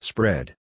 Spread